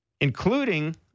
including